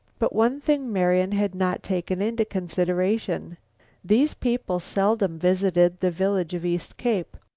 but one thing marian had not taken into consideration these people seldom visited the village of east cape.